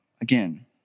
again